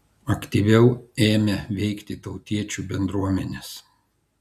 aktyviau ėmė veikti tautiečių bendruomenės